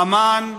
אומן.